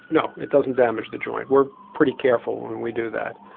no it doesn't damage the joint. we're pretty careful when we do that.